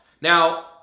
Now